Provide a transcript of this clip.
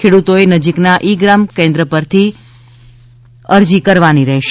ખેડૂતોએ નજીકના ઇ ગ્રામ કેન્દ્ર ખાતેથી અરજી કરવાની રહેશે